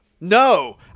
no